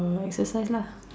exercise lah